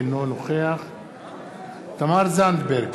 אינו נוכח תמר זנדברג,